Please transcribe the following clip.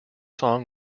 song